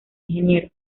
ingenieros